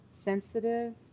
sensitive